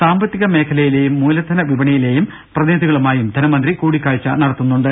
സാമ്പത്തിക മേഖലയിലെയും മൂലധന വിപണിയിലെയും പ്രതിനിധികളുമായും ധനമന്ത്രി കൂടിക്കാഴ്ച നടത്തുന്നു ണ്ട്